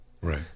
Right